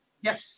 Yes